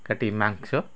କାଟି ମାଂସ